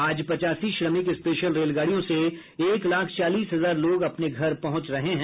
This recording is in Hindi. आज पचासी श्रमिक स्पेशल रेलगाड़ियों से एक लाख चालीस हजार लोग अपने घर पहुंच रहे हैं